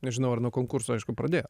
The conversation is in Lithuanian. nežinau ar nuo konkurso aišku pradėjot